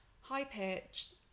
high-pitched